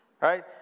Right